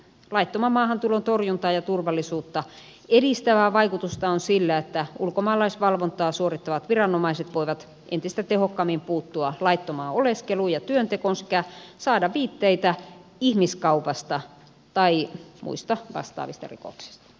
laittoman maahantulon torjuntaa ja turvallisuutta edistävää vaikutusta on sillä että ulkomaalaisvalvontaa suorittavat viranomaiset voivat entistä tehokkaammin puuttua laittomaan oleskeluun ja työntekoon sekä saada viitteitä ihmiskaupasta tai muista vastaavista rikoksista